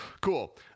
Cool